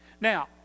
Now